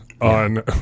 On